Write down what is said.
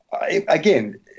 again